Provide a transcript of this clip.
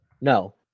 No